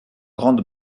grande